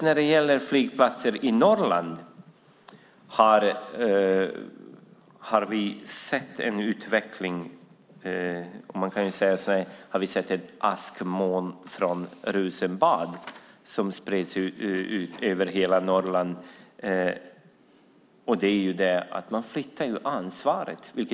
När det gäller flygplatser i norra Sverige har vi sett ett askmoln från Rosenbad utspritt över hela Norrland.